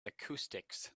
acoustics